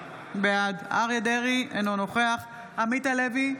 בעד אריה דרעי, אינו נוכח עמית הלוי,